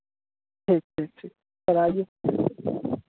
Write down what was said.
ठीक ठीक ठीक सर आइए